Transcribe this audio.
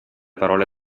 parole